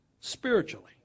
spiritually